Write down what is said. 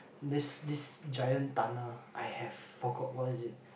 this this giant tunnel I have forgot what is it